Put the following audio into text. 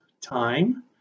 time